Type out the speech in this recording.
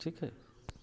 ठीक है